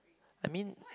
I mean